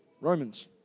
Romans